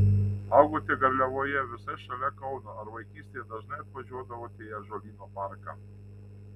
augote garliavoje visai šalia kauno ar vaikystėje dažnai atvažiuodavote į ąžuolyno parką